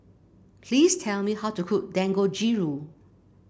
please tell me how to cook Dangojiru